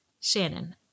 Shannon